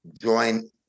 join